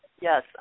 Yes